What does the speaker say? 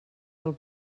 del